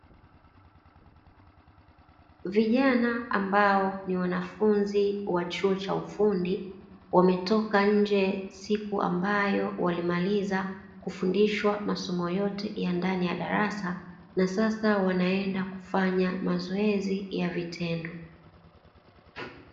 Vijana ambao ni wanafunzi wa chuo cha ufundi, wametoka nje siku ambayo walimaliza kufundishwa masomo yote ya ndani ya darasa, na sasa wanaenda kufanya mazoezi ya vitendo.